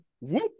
Whoop